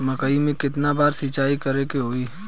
मकई में केतना बार सिंचाई करे के होई?